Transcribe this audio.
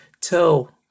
tell